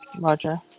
Roger